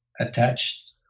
attached